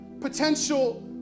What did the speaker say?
potential